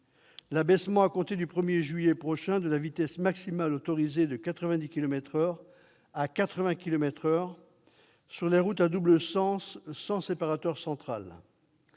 l'abaissement, à compter du 1 juillet prochain, de la vitesse maximale autorisée de 90 kilomètres par heure à 80 kilomètres par heure sur les routes à double sens sans séparateur central.